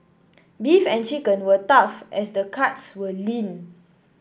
beef and chicken were tough as the cuts were lean